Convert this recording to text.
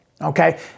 okay